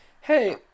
Hey